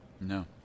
No